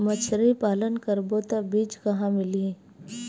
मछरी पालन करबो त बीज कहां मिलही?